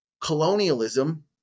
colonialism